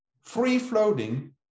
free-floating